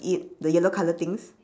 eat the yellow colour things